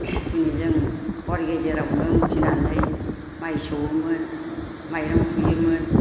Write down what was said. दिनै जों हर गेजेरावनो उथिनानै माइ सौवोमोन माइरं हुयोमोन